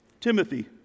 Timothy